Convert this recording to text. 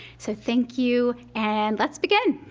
so thank you and let's begin!